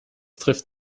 trifft